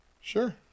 Sure